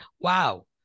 Wow